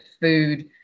Food